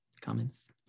comments